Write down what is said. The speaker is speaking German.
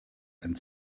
ein